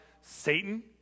Satan